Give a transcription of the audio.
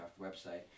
website